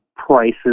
prices